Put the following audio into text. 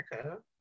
america